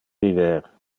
viver